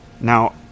Now